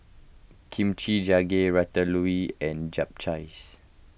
Kimchi Jjigae Ratatouille and Japchae